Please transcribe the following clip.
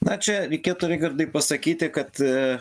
na čia reikėtų rikardai pasakyti kad